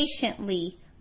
patiently